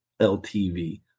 LTV